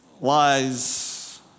lies